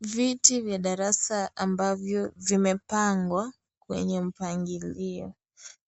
Viti vya darasa ambavyo vimepangwa kwenye mpangilio.